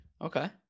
okay